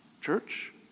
church